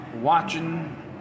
watching